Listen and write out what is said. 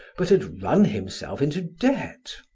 but had run himself into debt.